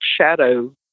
shadow